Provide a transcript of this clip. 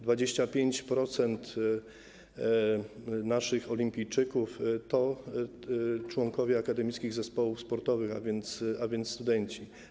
25% naszych olimpijczyków to członkowie akademickich zespołów sportowych, a więc studenci.